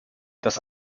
das